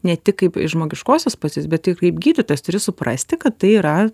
ne tik kaip iš žmogiškosios pozicijos bet juk kaip gydytojas turi suprasti kad tai yra